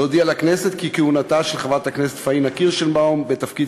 להודיע לכנסת כי כהונתה של חברת הכנסת פניה קירשנבאום בתפקיד